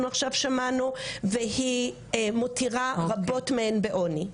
עכשיו שמענו והיא מותירה הרבה מאוד מהן בעוני.